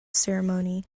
ceremony